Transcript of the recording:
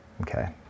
okay